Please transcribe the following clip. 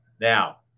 Now